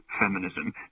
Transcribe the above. feminism